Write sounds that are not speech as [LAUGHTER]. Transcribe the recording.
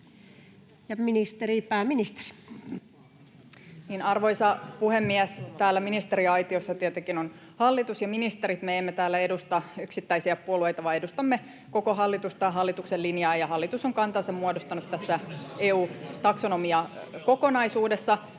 Content: Arvoisa puhemies! Täällä ministeriaitiossa tietenkin on hallitus ja ministerit, me emme täällä edusta yksittäisiä puolueita vaan edustamme koko hallitusta ja hallituksen linjaa, ja hallitus on kantansa muodostanut [NOISE] tässä EU-taksonomiakokonaisuudessa,